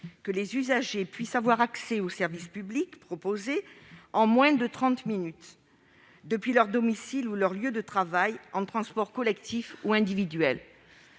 que les usagers puissent avoir accès aux services publics proposés en moins de trente minutes, depuis leur domicile ou leur lieu de travail, en transports collectifs ou individuels.